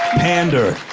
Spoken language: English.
pander,